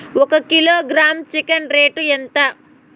ఒక kilogram chicken rate ఎంత?